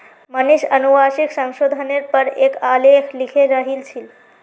मनीष अनुवांशिक संशोधनेर पर एक आलेख लिखे रहिल छील